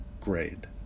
grade